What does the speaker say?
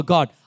God